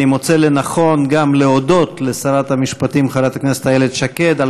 אני מוצא לנכון גם להודות לשרת המשפטים חברת הכנסת איילת שקד על